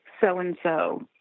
so-and-so